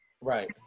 right